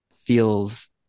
feels